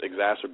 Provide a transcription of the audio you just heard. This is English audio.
exacerbate